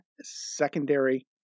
secondary